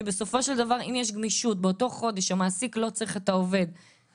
וגאוותם של רבבות אנשים עובדים בישראל.